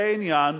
זה עניין